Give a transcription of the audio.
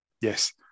yes